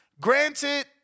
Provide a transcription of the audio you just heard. Granted